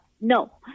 no